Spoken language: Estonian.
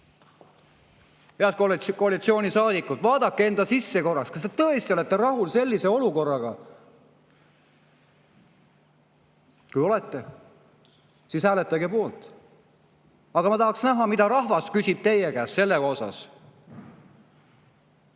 Head koalitsioonisaadikud! Vaadake enda sisse korraks: kas te tõesti olete rahul sellise olukorraga? Kui olete, siis hääletage poolt. Aga ma tahaksin näha, mida rahvas küsib teie käest selle kohta.